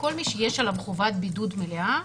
כל מי שיש עליו חובת בידוד מלאה,